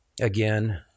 again